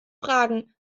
fragen